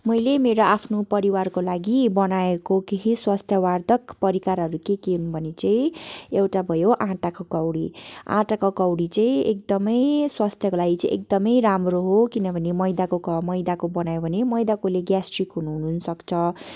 मैले मेरो आफ्नो परिवारको लागि बनाएको केही स्वास्थ्यवर्धक परिकारहरू के के हुन् भने चाहिँ एउटा भयो आटाको कौडी आटाको कौडी चाहिँ एकदमै स्वास्थ्यको लागि एकदमै राम्रो हो किनभने मैदाको क मैदाको बनायो भने मैदाकोले ग्यास्ट्रिक हुनु सक्छ